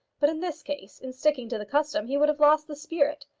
but in this case, in sticking to the custom, he would have lost the spirit,